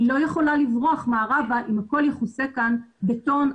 היא לא יכולה לברוח מערבה אם הכול יכוסה כאן בטון,